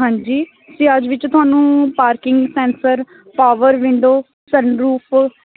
ਹਾਂਜੀ ਸਿਆਜ਼ ਵਿੱਚ ਤੁਹਾਨੂੰ ਪਾਰਕਿੰਗ ਸੈਂਸਰ ਪਾਵਰ ਵਿੰਡੋ ਸਨ ਰੂਫ